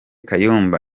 kayumba